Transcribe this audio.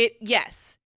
Yes